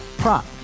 prop